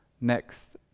next